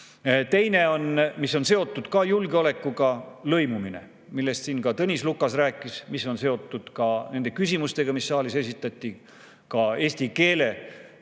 Teine [asi], mis on seotud julgeolekuga, on lõimumine, millest siin ka Tõnis Lukas rääkis. See on seotud ka nende küsimustega, mis saalis esitati, ka eesti keele